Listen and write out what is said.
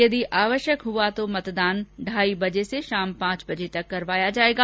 यदि आवश्यक हुआ तो मतदान ढाई बजे से पांच बजे तक करवाया जाएगा